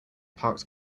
parked